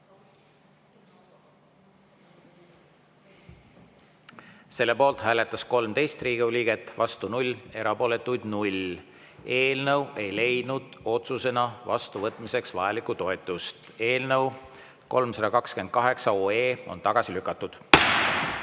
Poolt hääletas 13 Riigikogu liiget, vastu 0, erapooletuid 0. Eelnõu ei leidnud otsusena vastuvõtmiseks vajalikku toetust. Eelnõu 328 on tagasi lükatud.